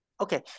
Okay